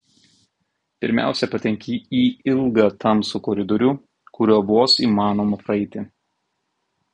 pirmiausia patenki į ilgą tamsų koridorių kuriuo vos įmanoma praeiti